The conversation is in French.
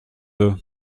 eux